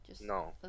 No